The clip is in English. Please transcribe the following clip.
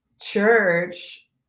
church